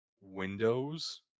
windows